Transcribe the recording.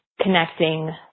connecting